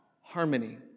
harmony